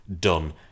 Done